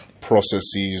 processes